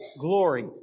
glory